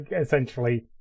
essentially